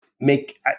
make